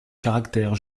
caractère